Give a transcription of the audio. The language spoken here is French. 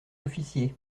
officier